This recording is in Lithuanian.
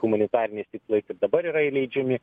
humanitariniais tikslais ir dabar yra įleidžiami